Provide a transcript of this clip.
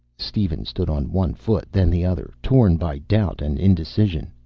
steven stood on one foot, then the other, torn by doubt and indecision.